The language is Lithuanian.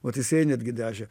vat jisai netgi dažė